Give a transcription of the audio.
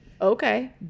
okay